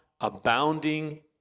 abounding